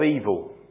evil